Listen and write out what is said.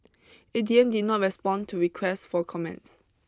A D M did not respond to requests for comments